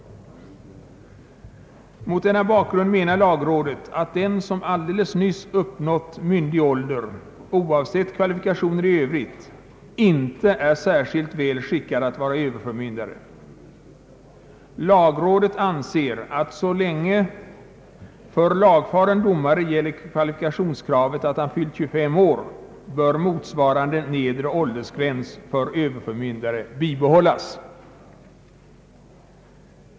Mot denna bakgrund menar lagrådet att den som alldeles nyss uppnått myndig ålder oavsett kvalifikationer i övrigt inte är särskilt väl skickad att vara överförmyndare. Lagrådet anser att så länge för lagfaren domare gäller kvalifikationskravet att ha fyllt 25 år, bör motsvarande nedre åldersgräns för överförmyndare bibehållas.